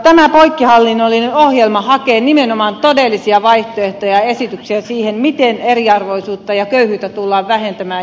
tämä poikkihallinnollinen ohjelma hakee nimenomaan todellisia vaihtoehtoja ja esityksiä siihen miten eriarvoisuutta ja köyhyyttä tullaan vähentämään